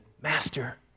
Master